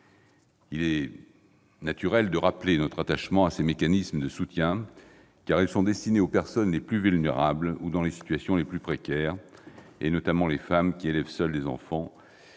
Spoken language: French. Il est naturel de rappeler notre attachement à ces mécanismes de soutien, destinés aux personnes les plus vulnérables ou dans les situations les plus précaires, notamment les femmes qui élèvent seules des enfants,